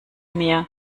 mir